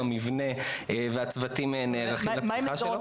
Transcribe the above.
המבנה והצוותים נערכים- -- מה הן הגדרות,